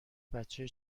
بچه